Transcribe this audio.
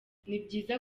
nibyiza